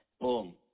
Boom